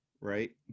right